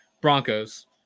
Broncos